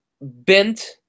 bent